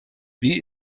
wie